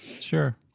Sure